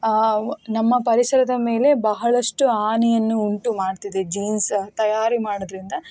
ನಮ್ಮ ಪರಿಸರದ ಮೇಲೆ ಬಹಳಷ್ಟು ಹಾನಿಯನ್ನು ಉಂಟು ಮಾಡ್ತಿದೆ ಜೀನ್ಸ್ ತಯಾರಿ ಮಾಡೋದ್ರಿಂದ